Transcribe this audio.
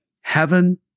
heaven